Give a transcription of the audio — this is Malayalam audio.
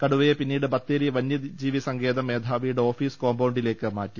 കടുവയെ പിന്നീട് ബത്തേരി വനൃജീവിസങ്കേതം മേധാവിയുടെ ഓഫീസ് കോമ്പൌണ്ടിലേക്ക് മാറ്റി